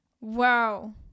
wow